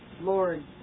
Lord